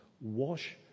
wash